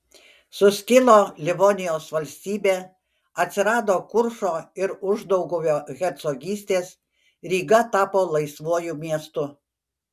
suskilo livonijos valstybė atsirado kuršo ir uždauguvio hercogystės ryga tapo laisvuoju miestu